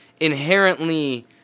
inherently